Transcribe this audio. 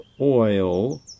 Oil